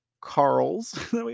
Carls